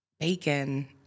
Bacon